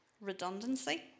redundancy